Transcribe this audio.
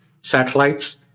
satellites